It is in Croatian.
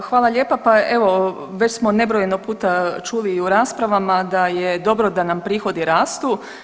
Da, hvala lijepa, pa evo već smo nebrojeno puta čuli i u raspravama da je dobro da nam prihodi rastu.